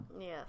Yes